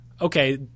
okay